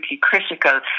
critical